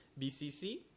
BCC